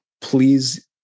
please